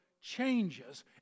changes